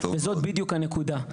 וזאת בדיוק הנקודה.